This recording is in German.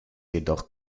jedoch